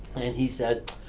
and he said,